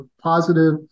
positive